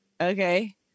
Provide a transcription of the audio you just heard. okay